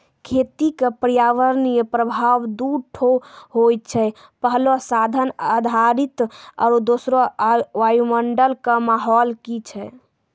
खेती क पर्यावरणीय प्रभाव दू ठो होय छै, पहलो साधन आधारित आरु दोसरो वायुमंडल कॅ माहौल की छै